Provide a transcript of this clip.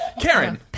Karen